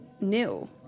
new